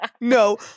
No